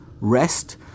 rest